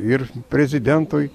ir prezidentui